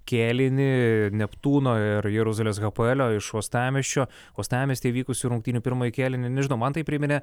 kėlinį neptūno ir jeruzalės hapoelio iš uostamiesčio uostamiestyje vykusių rungtynių pirmąjį kėlinį nežinau man tai priminė